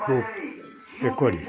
খুব একটি